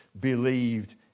believed